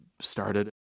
started